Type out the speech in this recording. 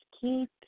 Keep